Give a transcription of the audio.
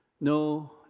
No